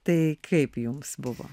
tai kaip jums buvo